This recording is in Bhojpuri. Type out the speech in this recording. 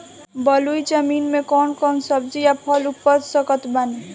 बलुई जमीन मे कौन कौन सब्जी या फल उपजा सकत बानी?